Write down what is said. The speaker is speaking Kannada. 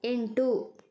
ಎಂಟು